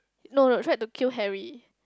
no no tried to kill Harry